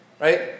right